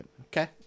Okay